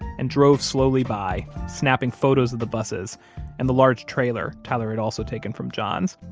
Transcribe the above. and drove slowly by, snapping photos of the buses and the large trailer tyler had also taken from john's,